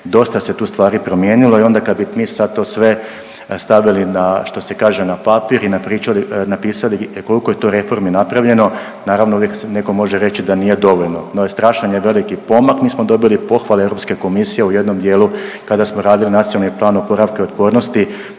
dosta se tu stvari promijenilo i onda kada bi mi sad to sve stavili što se kaže na papir i napisali koliko je to reformi napravljeno. Naravno uvijek neko može reć da nije dovoljno, no strašan je veliki pomak. Mi smo dobili pohvale Europske komisije u jednom dijelu kada smo radili NPOO koliko se tu projekata